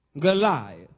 Goliath